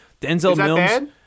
Denzel